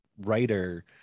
Writer